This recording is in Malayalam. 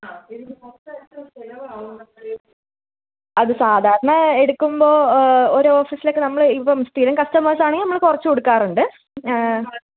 അത് സാധാരണ എടുക്കുമ്പോൾ ഒരു ഓഫീസിലേക്ക് നമ്മൾ ഇപ്പം സ്ഥിരം കസ്റ്റമര്സ് ആണെങ്കില് നമ്മൾ കുറച്ച് കൊടുക്കാറുണ്ട്